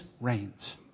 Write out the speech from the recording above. reigns